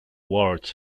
words